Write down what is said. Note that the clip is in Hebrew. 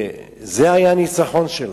זה היה ניצחון שלו.